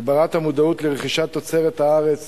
הגברת המודעות לרכישת תוצרת הארץ